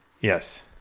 yes